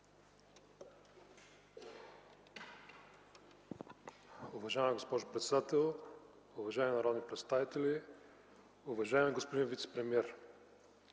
Уважаема госпожо председател, уважаеми народни представители! Уважаеми господин Владимиров,